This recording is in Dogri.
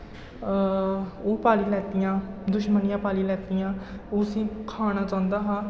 ओह् पाल्ली लैतियां दुश्मनियां पाल्ली लैतियां ओह् उसी खाना चांह्दा हा